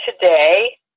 Today